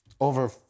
over